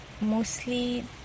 mostly